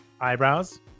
eyebrows